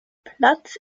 platz